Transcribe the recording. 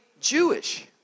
Jewish